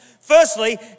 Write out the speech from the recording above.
Firstly